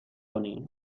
کنی